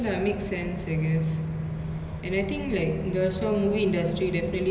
like especially in india right like master படோ வந்து:pado vanthu